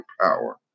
power